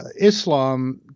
islam